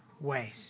ways